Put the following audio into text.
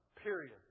Period